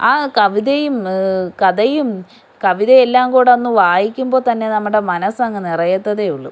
ആ കവിതയും കഥയും കവിത എല്ലാംകൂടെ ഒന്ന് വായിക്കുമ്പോൾ തന്നെ നമ്മുടെ മനസ്സ് അങ്ങ് നിറയത്തതേ ഉള്ളൂ